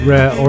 Rare